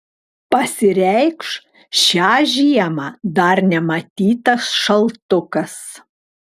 pasireikš šią žiemą dar nematytas šaltukas